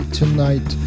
tonight